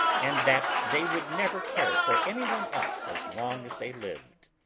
and that they would never care for any one else as long as they lived.